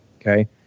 okay